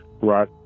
right